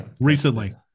Recently